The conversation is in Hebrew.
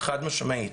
חד משמעית.